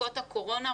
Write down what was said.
בבדיקות הקורונה.